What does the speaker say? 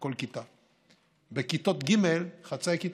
בכיתות ג' חצאי כיתות,